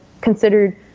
considered